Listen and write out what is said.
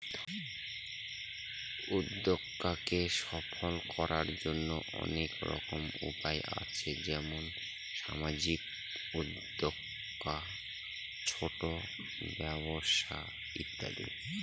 উদ্যক্তাকে সফল করার জন্য অনেক রকম উপায় আছে যেমন সামাজিক উদ্যোক্তা, ছোট ব্যবসা ইত্যাদি